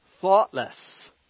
thoughtless